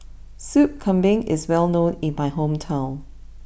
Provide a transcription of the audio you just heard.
Soup Kambing is well known in my hometown